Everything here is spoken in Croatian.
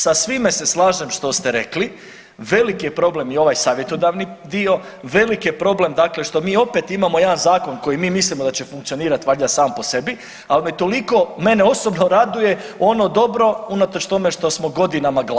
Sa svime se slažem što ste rekli, velik je problem i ovaj savjetodavni dio, velik je problem, dakle što mi opet imamo jedan zakon koji mi mislimo da će funkcionirati sam po sebi ali me toliko, mene osobno raduje ono dobro unatoč tome što smo godinama gladni.